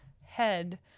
head